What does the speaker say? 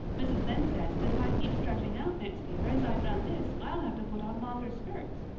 mrs. lynde says that if i keep stretching out next year as i've done this i'll have to put on longer skirts.